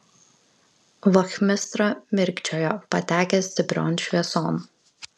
vachmistra mirkčiojo patekęs stiprion švieson